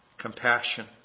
compassion